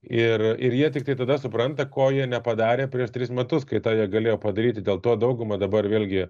ir ir jie tiktai tada supranta ko jie nepadarė prieš tris metus kai tą jie galėjo padaryti dėl to dauguma dabar vėlgi